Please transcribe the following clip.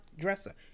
dresser